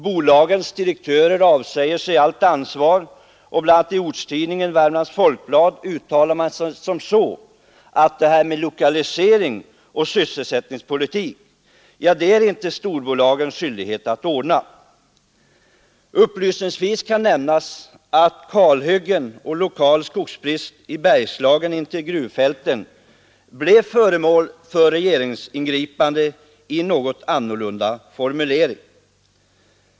Bolagens direktörer avsäger sig allt ansvar, och bl.a. i ortstidningen Värmlands Folkblad hävdas att det här med lokaliseringsoch sysselsättningspolitik är det inte storbolagens skyldighet att ordna. Upplysningsvis kan nämnas att kalhyggen och lokal skogsbrist i Bergslagen intill gruvfälten tidigare blivit föremål för regeringsingripande med något annorlunda formulering.